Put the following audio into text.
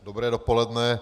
Dobré dopoledne.